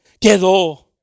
quedó